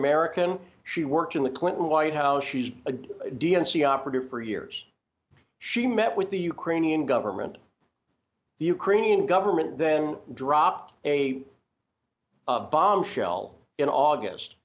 american she worked in the clinton white house she's a d n c operative for years she met with the ukrainian government the ukrainian government then dropped a bombshell in august